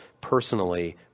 personally